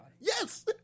Yes